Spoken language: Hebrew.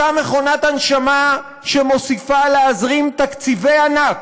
אותה מכונת הנשמה שמוסיפה להזרים תקציבי ענק